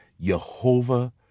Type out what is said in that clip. Yehovah